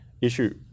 issue